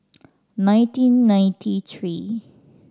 nineteen ninety three